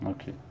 Okay